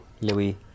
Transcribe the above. Louis